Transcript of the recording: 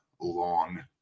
long